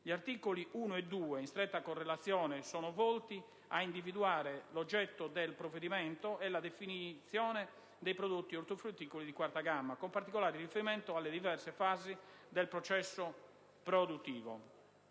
Gli articoli 1 e 2, in stretta correlazione, sono volti a individuare l'oggetto del provvedimento e la definizione dei prodotti ortofrutticoli di quarta gamma, con particolare riferimento alle diverse fasi del processo produttivo